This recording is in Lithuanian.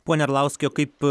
pone arlauskai o kaip